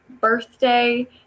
birthday